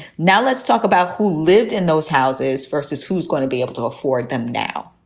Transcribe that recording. now, let's talk about who lived in those houses versus who's going to be able to afford them. now,